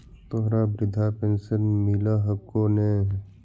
तोहरा वृद्धा पेंशन मिलहको ने?